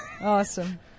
Awesome